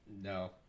No